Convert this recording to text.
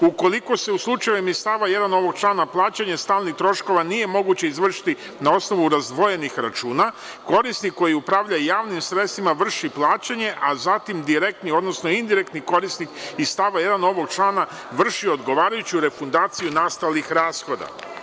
Ukoliko se u slučajevima iz stava 1. ovog člana plaćanje stalnih troškova nije moguće izvršiti na osnovu razdvojenih računa, korisnik koji upravlja javnim sredstvima vrši plaćanje, a zatim direktni odnosno indirektni korisnik iz stava 1. ovog člana vrši odgovarajuću refundaciju nastalih rashoda.